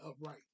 upright